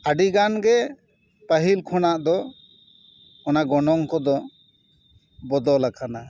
ᱟᱹᱰᱤ ᱜᱟᱱ ᱜᱮ ᱯᱟᱹᱦᱤᱞ ᱠᱷᱚᱱᱟᱜ ᱫᱚ ᱚᱱᱟ ᱜᱚᱱᱚᱝ ᱠᱚᱫᱚ ᱵᱚᱫᱚᱞ ᱟᱠᱟᱱᱟ